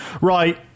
Right